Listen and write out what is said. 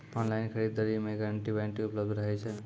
Online खरीद दरी मे गारंटी वारंटी उपलब्ध रहे छै?